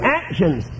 actions